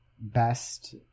best